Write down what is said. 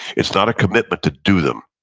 it's not a commitment to do them.